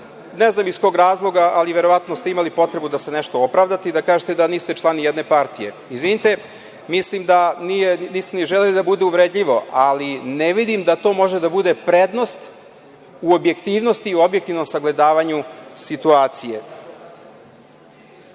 ne znam iz kog razloga, ali verovatno ste imali potrebu da se nešto opravdate i da kažete da niste član nijedne partije. Izvinite, mislim da niste ni želeli da bude uvredljivo, ali ne vidim da to može da bude prednost u objektivnosti i objektivnom sagledavanju situacije.